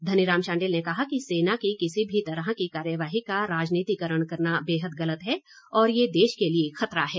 धनीराम शांडिल ने कहा कि सेना की किसी भी तरह की कार्यवाही का राजनीतिकरण करना बेहद गलत है और ये देश के लिए खतरा है